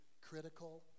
critical